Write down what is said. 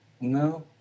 No